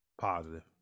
Positive